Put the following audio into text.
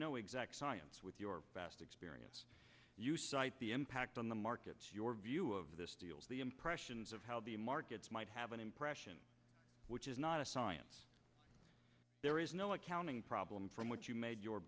no exact science with your past experience you cite the impact on the markets your view of this deals the impressions of how the markets might have an impression which is not a science there is no accounting problem from which you made your